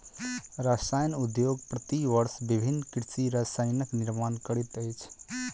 रसायन उद्योग प्रति वर्ष विभिन्न कृषि रसायनक निर्माण करैत अछि